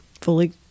fully